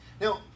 Now